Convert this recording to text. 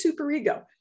superego